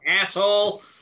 Asshole